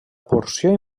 porció